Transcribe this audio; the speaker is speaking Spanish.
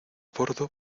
bordo